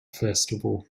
festival